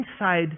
inside